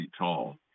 tall